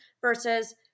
versus